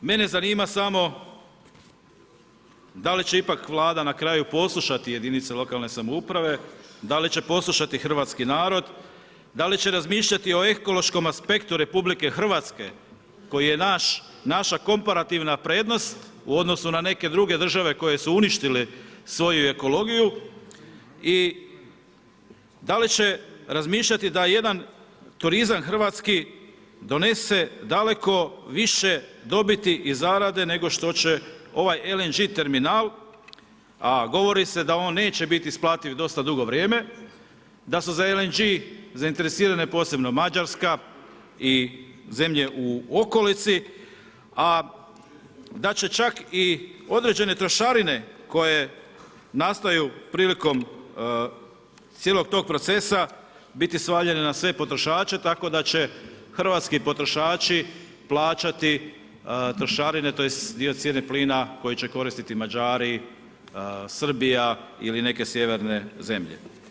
Mene zanima samo da li će ipak Vlada na kraju poslušati jedinice lokalne samouprave, da li će poslušati hrvatski narod, da li će razmišljati o ekološkom aspektu RH koji je naša komparativna prednost u odnosu na neke druge države koje su uništile svoju ekologiju i da li će razmišljati da jedan turizam hrvatski donese daleko više dobiti i zarade nego što će ovaj LNG terminal a govori se da on neće biti isplativ dosta dugo vrijeme, da su sa LNG zainteresirane posebno Mađarska i zemlje u okolici a da će čak i određene trošarine koje nastaju prilikom cijelog tog procesa biti svaljene na sve potrošače tako da će hrvatski potrošači plaćati trošarine tj. dio cijene plina koji će koristiti Mađari, Srbija ili neke sjeverne zemlje.